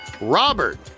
Robert